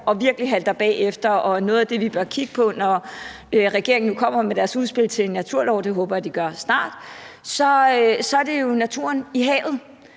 og virkelig halter bagefter og er noget af det, vi bør kigge på, når regeringen nu kommer med deres udspil til en naturlov – det håber jeg de gør snart – er jo naturen i havet.